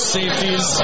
safeties